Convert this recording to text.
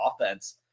offense